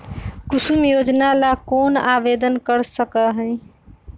कुसुम योजना ला कौन आवेदन कर सका हई?